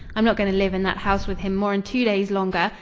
i'm not going to live in that house with him more'n two days longer.